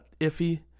iffy